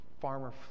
farmer